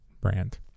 brand